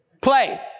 play